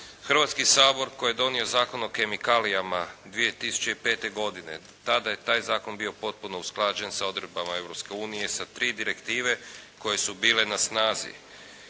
Hrvatski sabor koji je donio Zakon o kemikalijama 2005. godine, tada je taj zakon bio potpuno usklađen sa odredbama Europske unije, sa tri direktive koje su bile na snazi.